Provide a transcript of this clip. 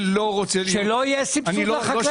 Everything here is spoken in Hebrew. אני לא רוצה --- שלא יהיה סבסוד לחקלאים?